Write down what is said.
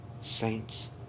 saints